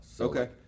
Okay